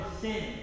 sin